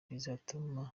bizatuma